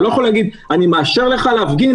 אתה לא יכול להגיד: אני מאשר לך להפגין,